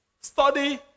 study